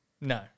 No